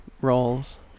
roles